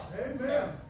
Amen